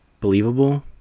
believable